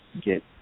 get